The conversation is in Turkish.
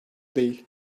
değil